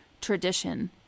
tradition